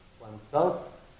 oneself